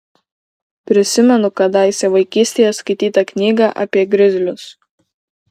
prisimenu kadaise vaikystėje skaitytą knygą apie grizlius